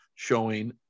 showing